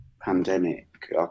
pandemic